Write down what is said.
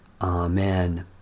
Amen